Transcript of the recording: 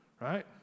right